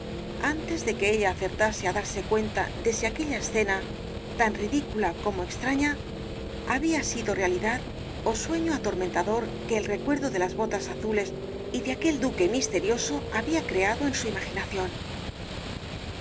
antes de que ella acertase á darse cuenta de si aquella escena tan ridicula como extraña había sido realidad ó sueño atormentador que el recuerdo de las botas azules y de aquel duque mis terioso había creado en su imaginación